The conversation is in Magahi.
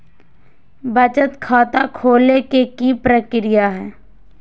बचत खाता खोले के कि प्रक्रिया है?